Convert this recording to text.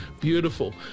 beautiful